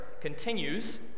continues